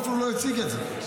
הוא אפילו לא הציג את זה.